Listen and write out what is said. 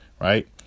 right